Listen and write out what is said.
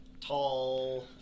tall